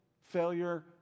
failure